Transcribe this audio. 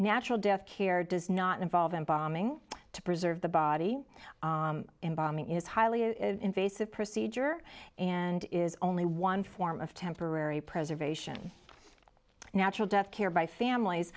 natural death care does not involve embalming to preserve the body embalming is highly invasive procedure and is only one form of temporary preservation natural death care by families